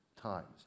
times